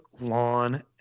Lawn